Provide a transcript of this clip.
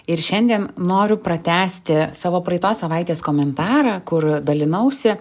ir šiandien noriu pratęsti savo praeitos savaitės komentarą kur dalinausi